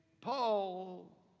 Paul